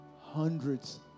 hundreds